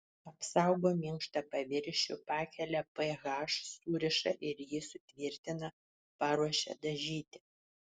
apsaugo minkštą paviršių pakelia ph suriša ir jį sutvirtina paruošia dažyti